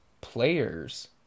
players